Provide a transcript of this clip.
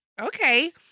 Okay